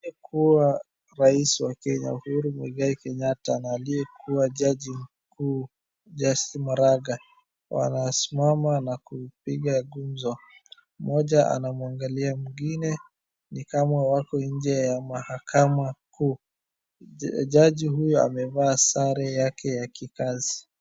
Aliyekuwa Rais wa Kenya Uhuru Muigai Kenyatta na aliyekuwa jaji mkuu, Justice Maraga. Wanasimama na kupiga gumzo, moja anamuangalia mwingine ni kama wako nje ya mahakama kuu. Jaji huyo amevaa sare yake ya kikazi.